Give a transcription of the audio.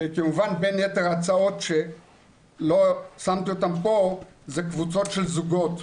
כמובן בין יתר ההצעות שלא שמתי אותן פה זה קבוצות של זוגות,